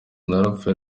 narapfuye